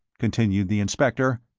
continued the inspector,